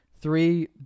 three